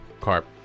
Carp